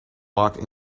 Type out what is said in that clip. walked